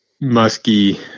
musky